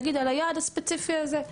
נגיד על היעד הספציפי הזה.